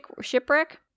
shipwreck